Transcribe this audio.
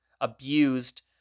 abused